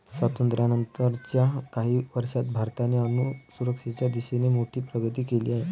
स्वातंत्र्यानंतर च्या काही वर्षांत भारताने अन्नसुरक्षेच्या दिशेने मोठी प्रगती केली आहे